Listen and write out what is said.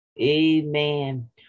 Amen